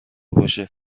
باشه